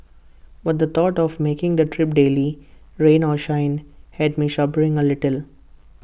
but the thought of making the trip daily rain or shine had me shuddering A little